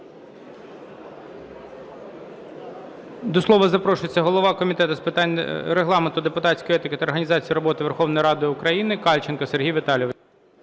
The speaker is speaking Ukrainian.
До слова запрошується голова Комітету з питань Регламенту, депутатської етики та організації роботи Верховної Ради України Кальченко Сергій Віталійович.